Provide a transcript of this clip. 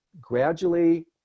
gradually